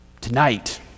Tonight